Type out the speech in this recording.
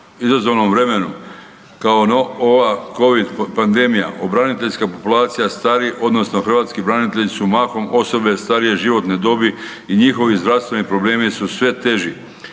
izazovnom vremenu kao ova covid pandemija braniteljska populacija stari odnosno hrvatski branitelji su mahom osobe starije životne dobi i njihovi zdravstveni problemi su sve teži.